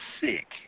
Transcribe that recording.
sick